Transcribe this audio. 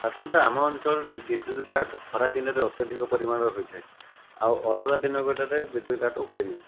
ସାଧରଣତଃ ଆମ ଅଞ୍ଚଳରେ ବିଦ୍ୟୁତ କାଟ ଖରାଦିନରେ ଅତ୍ୟଧିକ ପରିମାଣରେ ହୋଇଥାଏ ଆଉ ଅଲଗା ଦିନ ଗୁଡ଼ାରେ ବିଦୁତ କାଟ ହୁଏନି